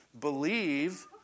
believe